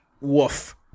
Woof